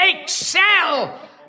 Excel